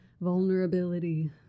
vulnerability